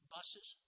Buses